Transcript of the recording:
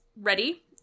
ready